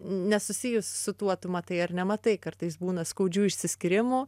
nesusijus su tuo tu matai ar nematai kartais būna skaudžių išsiskyrimų